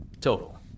Total